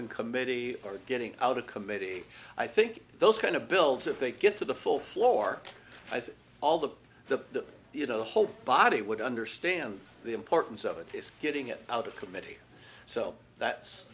in committee or getting out of committee i think those kind of builds if they get to the full floor i think all the the you know the whole body would understand the importance of this getting it out of committee so that's